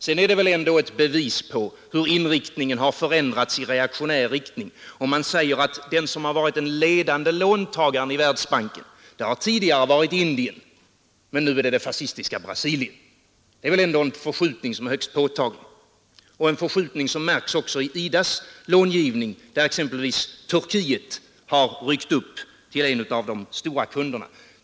Det är väl ändå ett bevis på att inriktningen förändrats i reaktionär riktning, om man säger att den ledande låntagaren i Världsbanken tidigare har varit Indien men nu är det fascistiska Brasilien. Det är väl ändå en förskjutning som är högst påtaglig, en förskjutning som märks också i IDA :s långivning, där exempelvis Turkiet har ryckt upp och blivit en av de stora kunderna.